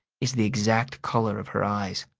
is the exact color of her eyes.